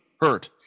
hurt